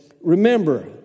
Remember